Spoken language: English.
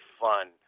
fun